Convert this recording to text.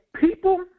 people